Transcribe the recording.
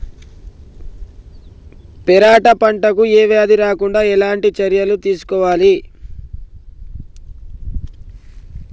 పెరప పంట కు ఏ వ్యాధి రాకుండా ఎలాంటి చర్యలు తీసుకోవాలి?